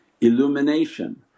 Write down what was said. illumination